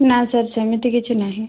ନା ସାର୍ ସେମିତି କିଛି ନାହିଁ